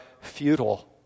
futile